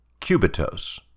Cubitos